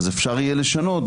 ואז אפשר יהיה לשנות.